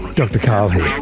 dr karl here.